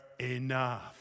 Enough